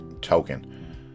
token